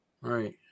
right